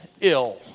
ill